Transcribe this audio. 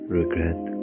regret